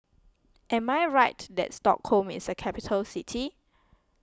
am I right that Stockholm is a capital city